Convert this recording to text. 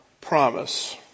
promise